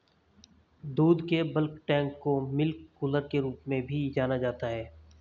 दूध के bulk tank को मिल्क कूलर के रूप में भी जाना जाता है